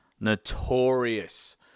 Notorious